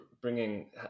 bringing